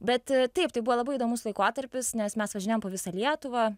bet taip tai buvo labai įdomus laikotarpis nes mes važinėjom po visą lietuvą